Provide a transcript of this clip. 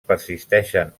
persisteixen